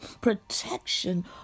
protection